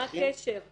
מה הקשר בכלל?